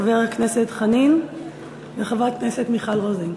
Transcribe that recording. חבר הכנסת חנין וחברת הכנסת מיכל רוזין.